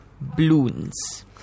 balloons